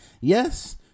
Yes